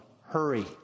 Hurry